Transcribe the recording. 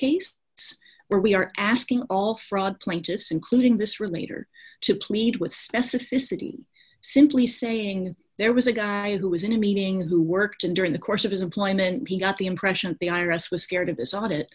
case where we are asking all fraud plaintiffs including this roommate or to plead with specificity simply saying there was a guy who was in a meeting who worked and during the course of his employment he got the impression the i r s was scared of this audit